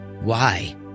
Why